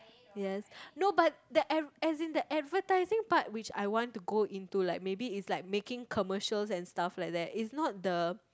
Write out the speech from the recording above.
yes no but the ad~ as in the advertising part which I want to go into like maybe it's like making commercials and stuff like that it's not the